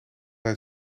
hij